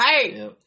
Hey